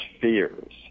fears